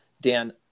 Dan